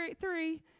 three